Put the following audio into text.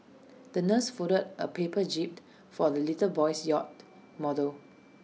the nurse folded A paper jib for the little boy's yacht model